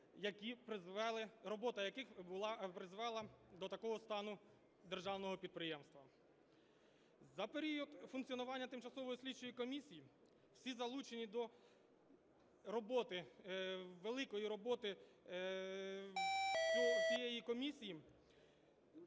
робота яких призвела до такого стану державного підприємства. За період функціонування тимчасової слідчої комісії всі залучені до роботи, великої роботи всієї комісії,